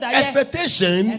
expectation